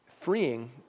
freeing